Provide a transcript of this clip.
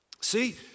See